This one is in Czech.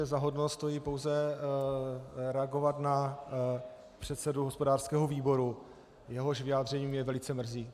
Já si myslím, že za hodno stojí pouze reagovat na předsedu hospodářského výboru, jehož vyjádření mě velice mrzí.